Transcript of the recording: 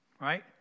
right